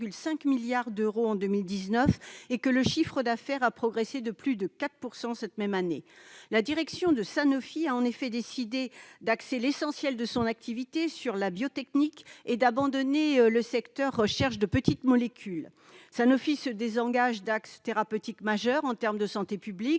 et que le chiffre d'affaires a progressé de plus de 4 % cette même année. La direction de Sanofi a en effet décidé d'axer l'essentiel de son activité sur la biotechnique et d'abandonner le secteur de la recherche sur les « petites » molécules. Sanofi se désengage d'axes thérapeutiques majeurs en termes de santé publique-